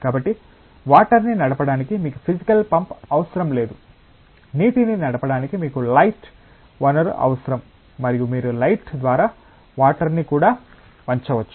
కాబట్టి వాటర్ని నడపడానికి మీకు ఫిసికల్ పంప్ అవసరం లేదు నీటిని నడపడానికి మీకు లైట్ వనరు అవసరం మరియు మీరు లైట్ ద్వారా వాటర్ ని కూడా వంచవచ్చు